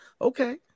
okay